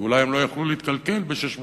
כי אולי הם לא יוכלו להתכלכל ב-600 דולר,